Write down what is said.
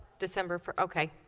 december four okay,